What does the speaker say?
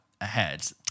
ahead